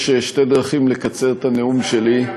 יש שתי דרכים לקצר את הנאום שלי,